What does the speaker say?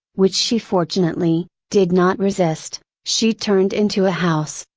which she fortunately, did not resist, she turned into a house,